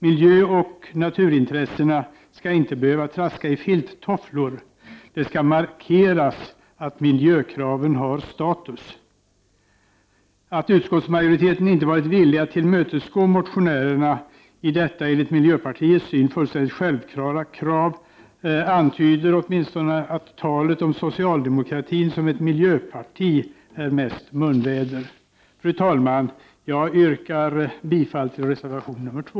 Miljöoch naturintressena skall inte behöva traska i filttofflor, utan det skall markeras att miljökraven har status. Att utskottsmajoriteten inte varit villig att tillmötesgå motionärerna i detta enligt miljöpartiets syn fullständigt självklara krav antyder åtminstone att talet om socialdemokratin som ett miljöparti är mest munväder. Fru talman! Jag yrkar bifall till reservation 2.